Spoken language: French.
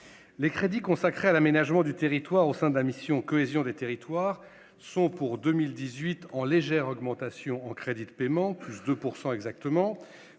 les crédits consacrés à l'aménagement du territoire au sein de la mission « Cohésion des territoires » sont, pour 2018, en légère augmentation en crédits de paiement- de 2 % exactement